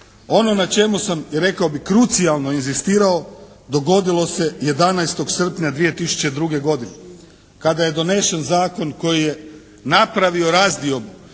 Ono na čemu sam i rekao bih krucijalno inzistirao dogodilo se 11. srpnja 2002. godine kada je donesen zakon koji je napravio razdiobu